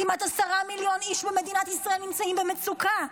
כמעט 10 מיליון איש במדינת ישראל נמצאים במצוקה.